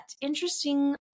interesting